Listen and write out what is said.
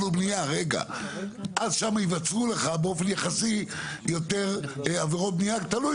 ובניה אז שם ייווצרו לך באופן יחסי יותר עבירות בניה תלוי